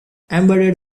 embedded